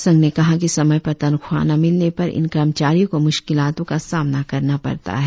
संघ ने कहा कि समय पर तनख्वाह न मिलने पर इन कर्मचारियों को मुश्किलातों का सामना करना पड़ता है